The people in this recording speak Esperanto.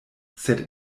sed